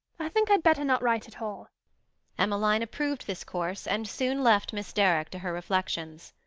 i think i'd better not write at all emmeline approved this course, and soon left miss derrick to her reflections.